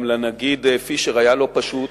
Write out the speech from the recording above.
גם לנגיד פישר היה לא פשוט.